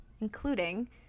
including